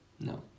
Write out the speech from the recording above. No